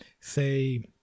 say